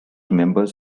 members